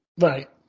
Right